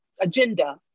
agenda